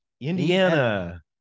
Indiana